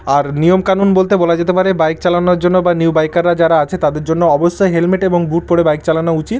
আর নিয়ম কানুন বলতে বলা যেতে পারে বাইক চালানোর জন্য বা নিউ বাইকাররা যারা আছে তাদের জন্য অবশ্যই হেলমেট এবং বুট পরে বাইক চালানো উচিত